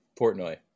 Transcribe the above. Portnoy